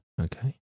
Okay